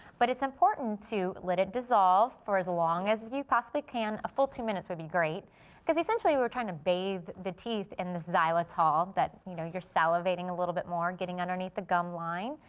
but, it's important to let it dissolve for as long as you possibly can. a full two minutes would be great because essentially we're trying to bathe the teeth in the xylitol, that you know you're salivating a little bit more, getting underneath the gum line.